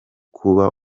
kuba